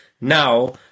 now